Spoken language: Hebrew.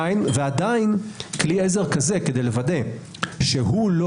ועדיין כלי עזר כזה כדי לוודא שהוא לא